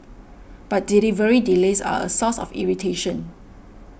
but delivery delays are a source of irritation